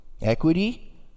equity